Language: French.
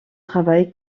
travail